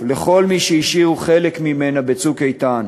לכל מי שהשאירו חלק ממנה ב"צוק איתן".